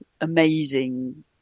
amazing